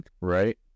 Right